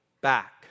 back